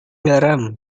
garam